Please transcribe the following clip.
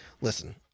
Listen